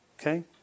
Okay